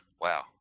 wow